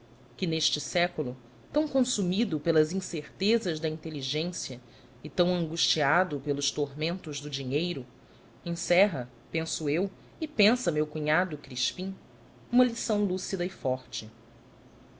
que neste século tão consumindo pelas incertezas da inteligência e tão angustiado pelos tormentos do dinheiro encerra penso eu e pensa meu cunhado crispim uma lição lúcida e forte